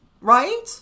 Right